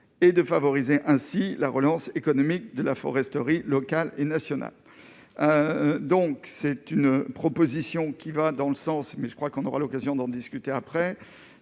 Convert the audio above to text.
et de favoriser ainsi la relance économique, de la foresterie local et national, donc c'est une proposition qui va dans le sens, mais je crois qu'on aura l'occasion d'en discuter après